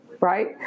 right